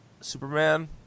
superman